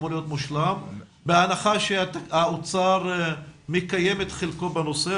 אמור להיות מושלם בהנחה שהאוצר מקיים את חלקו בנושא.